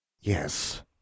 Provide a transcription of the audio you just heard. Yes